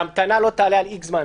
שההמתנה לא תעלה על זמן מסוים.